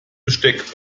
besteck